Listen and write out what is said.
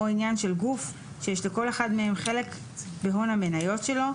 או עניין של גוף שיש לכל אחד מהם חלק בהון המניות שלו,